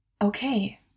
Okay